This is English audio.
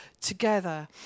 together